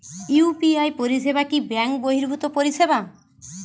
UPI পরিসেবা কি bank বর্হিভুত পরিসেবা?